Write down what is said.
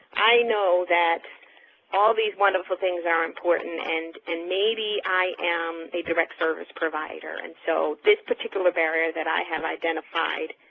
i know that all there wonderful things are important and and maybe i am a direct service provider and so this particular barrier that i have identified,